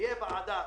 בעיה